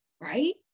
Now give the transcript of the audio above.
right